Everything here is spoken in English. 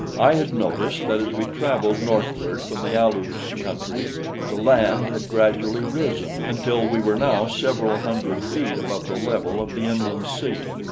i had noticed that as we traveled northward from the alus' country the land had gradually risen until we were now several hundred feet above the level of the inland sea.